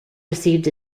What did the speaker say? received